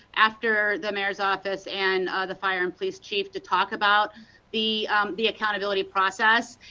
after the mayor's office, and the fire and police chief to talk about the the accountability process.